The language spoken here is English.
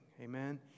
Amen